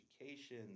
education